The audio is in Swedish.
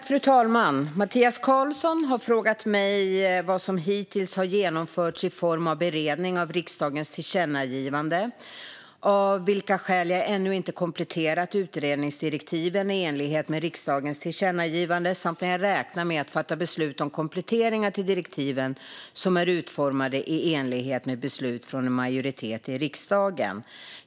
Fru talman! Mattias Karlsson har frågat mig vad som hittills har genomförts i form av beredning av riksdagens tillkännagivande, av vilka skäl jag ännu inte kompletterat utredningsdirektiven i enlighet med riksdagens tillkännagivande samt när jag räknar med att fatta beslut om kompletteringar till direktiven som är utformade i enlighet med beslut från en majoritet i riksdagen.